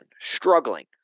Struggling